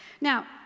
Now